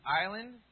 island